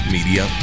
Media